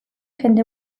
jende